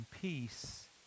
peace